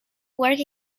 work